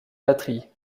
batteries